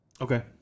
Okay